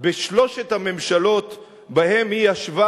בשלוש הממשלות שבהן היא ישבה,